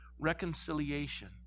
Reconciliation